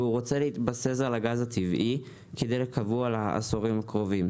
והוא רוצה להתבסס על הגז הטבעי בעשורים הקרובים,